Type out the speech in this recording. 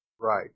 Right